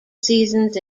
seasons